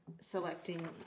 selecting